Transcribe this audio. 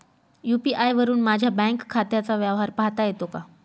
UPI वरुन माझ्या bank खात्याचा व्यवहार पाहता येतो का?